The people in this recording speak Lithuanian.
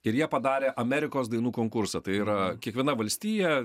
ir jie padarė amerikos dainų konkursą tai yra kiekviena valstija